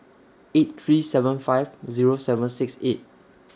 eight three seven five Zero seven six eight